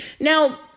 Now